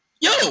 yo